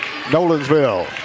Nolensville